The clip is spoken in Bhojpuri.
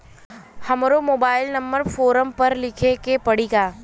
हमरो मोबाइल नंबर फ़ोरम पर लिखे के पड़ी का?